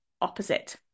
opposite